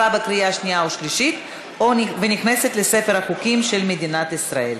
התקבלה בקריאה שנייה ובקריאה שלישית ונכנסת לספר החוקים של מדינת ישראל.